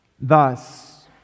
Thus